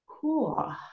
Cool